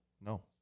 No